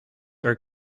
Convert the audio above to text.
are